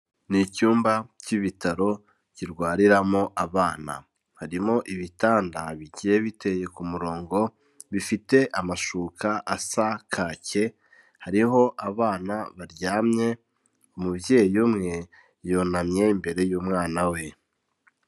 Ni icyumba cy'ibitaro kirwariramo abana. Harimo ibitanda bigiye biteye ku murongo, bifite amashuka asa kake, hariho abana baryamye, umubyeyi umwe yunamye imbere y'umwana we.